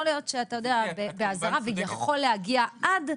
יכול להיות שבאזהרה ויכול להגיע 'עד',